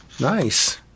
Nice